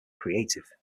creative